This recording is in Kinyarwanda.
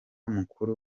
mukuru